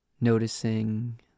noticing